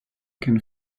can